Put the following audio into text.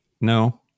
No